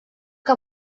que